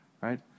right